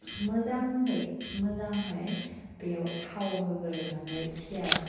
मोजाङै मोजांहाय बेयाव थाव होग्रोनानै पियास